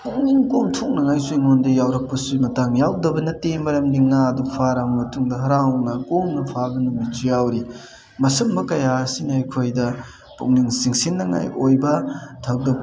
ꯄꯨꯛꯅꯤꯡ ꯀꯣꯝꯊꯣꯛꯅꯉꯥꯏꯁꯨ ꯑꯩꯉꯣꯟꯗ ꯌꯥꯎꯔꯛꯄꯁꯨ ꯃꯇꯥꯡ ꯌꯥꯎꯗꯕ ꯅꯠꯇꯦ ꯃꯔꯝꯗꯤ ꯉꯥ ꯑꯗꯨ ꯐꯔꯥ ꯃꯇꯨꯡꯗ ꯍꯔꯥꯎꯅ ꯀꯣꯝꯅ ꯐꯥꯕ ꯅꯨꯃꯤꯠꯁꯨ ꯌꯥꯎꯔꯤ ꯃꯁꯨꯝꯕ ꯀꯌꯥꯁꯤꯅ ꯑꯩꯈꯣꯏꯗ ꯄꯨꯛꯅꯤꯡ ꯆꯤꯡꯁꯤꯡ ꯅꯤꯉꯥꯏ ꯑꯣꯏꯕ ꯊꯕꯛ